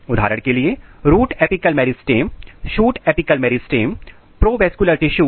उदाहरण के लिए root apical meristems shoot apical meristems provascular tissues